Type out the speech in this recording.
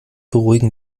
beruhigen